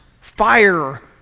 fire